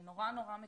אני נורא מקצרת,